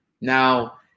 Now